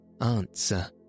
Answer